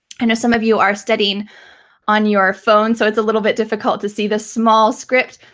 i know some of you are studying on your phone, so it's a little bit difficult to see the small script.